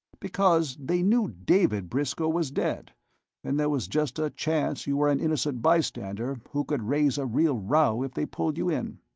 because they knew david briscoe was dead and there was just a chance you were an innocent bystander who could raise a real row if they pulled you in.